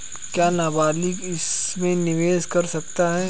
क्या नाबालिग इसमें निवेश कर सकता है?